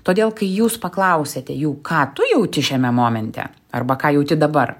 todėl kai jūs paklausiate jų ką tu jauti šiame momente arba ką jauti dabar